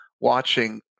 watching